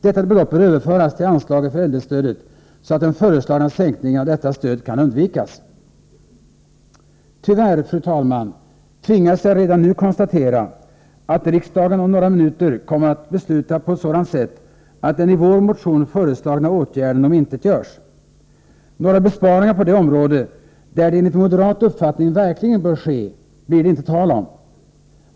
Detta belopp bör överföras till anslaget för äldrestödet, så att den föreslagna sänkningen av detta stöd kan undvikas. Tyvärr, fru talman, tvingas jag redan nu konstatera att riksdagen om några minuter kommer att besluta på ett sådant sätt, att den i vår motion föreslagna åtgärden omintetgörs. Några besparingar på det område där de enligt moderat uppfattning verkligen bör ske blir det inte tal om.